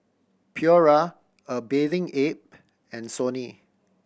Pura A Bathing Ape and Sony